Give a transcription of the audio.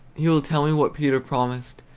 he will tell me what peter promised,